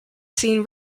seen